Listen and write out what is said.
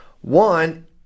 One